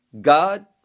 God